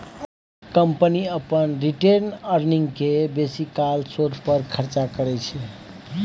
company अपन retained earning केँ basically शोध पर खरचा करय छै